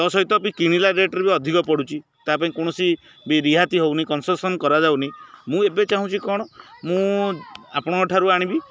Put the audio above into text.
ତା ସହିତ ବି କିଣିଲା ରେଟ୍ରେ ବି ଅଧିକ ପଡ଼ୁଛି ତା ପାଇଁ କୌଣସି ବି ରିହାତି ହେଉନି କନସେସନ୍ କରାଯାଉନି ମୁଁ ଏବେ ଚାହୁଁଛି କ'ଣ ମୁଁ ଆପଣଙ୍କ ଠାରୁ ଆଣିବି